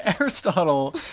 Aristotle